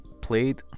played